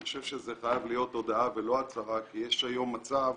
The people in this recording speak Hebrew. אני חושב שזה חייב להיות הודעה ולא הצהרה כי יש היום מצב